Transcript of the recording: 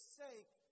sake